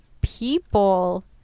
People